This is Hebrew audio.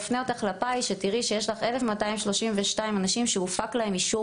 שתראי שיש שם 1,232 אנשים שהופק להם אישור